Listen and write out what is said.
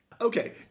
Okay